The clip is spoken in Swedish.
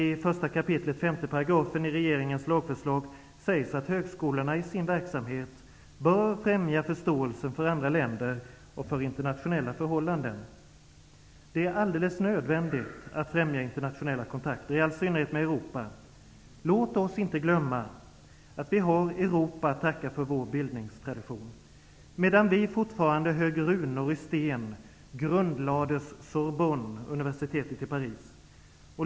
I 1 kap. 5 § i regeringens lagförslag sägs det ju att högskolorna i sin verksamhet bör främja förståelsen för andra länder och för internationella förhållanden. Det är alldeles nödvändigt att främja internationella kontakter, i all synnerhet med Europa. Låt oss inte glömma att vi har Europa att tacka för vår bildningstradition. Medan vi ännu högg runor i sten grundlades Sorbonneuniversitetet i Paris.